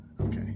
okay